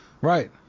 Right